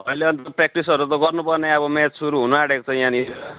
अहिले अब प्र्याक्टिसहरू त गर्नुपर्ने अब म्याच सुरू हुनआँटेको छ यहाँनिर